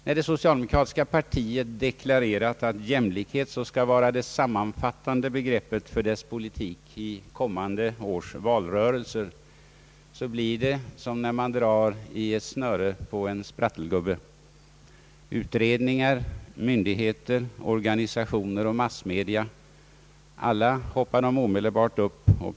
När det socialdemokratiska partiet deklarerar att jämlikheten skall vara det sammanfattande begreppet för dess politik vid kommande års valrörelse, blir det som när man drar i ett snöre på en sprattelgubbe. Utredningar, myndigheter, organisationer och massmedia, alla hoppar omedelbart upp.